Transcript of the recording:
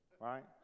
right